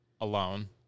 alone